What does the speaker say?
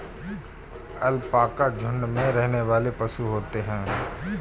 alpaca झुण्ड में रहने वाले पशु होते है